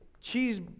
cheese